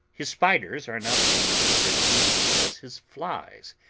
his spiders are now becoming as great a nuisance as his flies,